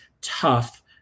tough